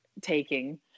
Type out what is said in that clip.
taking